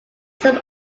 some